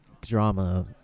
drama